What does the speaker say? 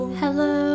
hello